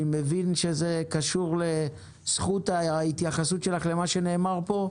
אני מבין שזה קשור לזכות ההתייחסות שלך למה שנאמר פה.